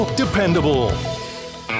dependable